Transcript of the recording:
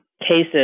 cases